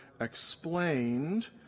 explained